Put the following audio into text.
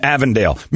Avondale